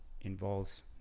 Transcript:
involves